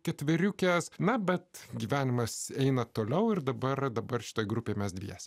ketveriukės na bet gyvenimas eina toliau ir dabar dabar šita grupė mes dviese